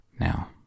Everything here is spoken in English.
Now